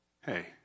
hey